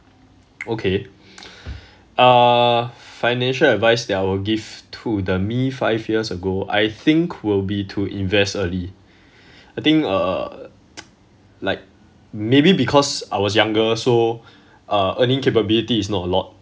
okay uh financial advice that I would give to the me five years ago I think will be to invest early I think uh like maybe because I was younger so uh earning capability is not a lot